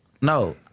no